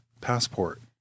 passport